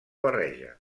barreja